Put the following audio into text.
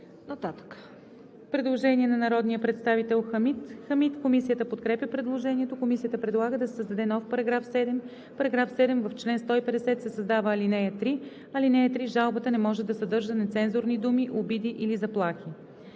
Предложение на народния представител Хамид Хамид. Комисията подкрепя предложението. Комисията предлага да се създаде нов § 7: „§ 7. В чл. 150 се създава ал. 3: „(3) Жалбата не може да съдържа нецензурни думи, обиди или заплахи.“